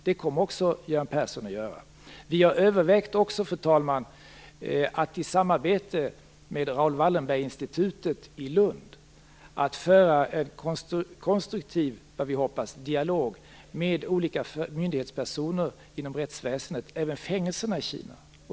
Det kommer också Göran Persson att göra. Vi har också övervägt, fru talman, att i samarbete med Raoul Wallenberg-institutet i Lund föra en som vi hoppas konstruktiv dialog med olika myndighetspersoner inom rättsväsendet, även fängelserna, i Kina.